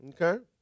okay